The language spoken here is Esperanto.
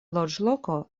loĝloko